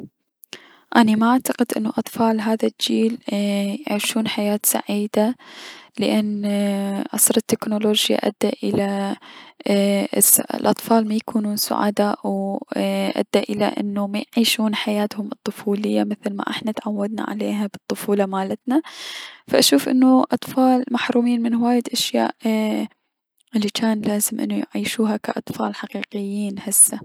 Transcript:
اني ما اعتقد انو اطفال هذا الجيل ايي- يعيشون حياة سعيدة لأن عصر التكنولوجيا ادى الى اص- الأطفال ميكونون سعيدين و ادى الى انو الأطفال ميعيشون حياتهم الطفولية مثل ما احنا تعودنا عليهم بلطفولة مالتنا فأشوف انو الأطفال محرومين من هواية اشياء الي جان لازم يعيشوها كأطفال هسة.